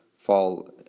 fall